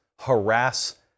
harass